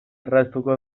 erraztuko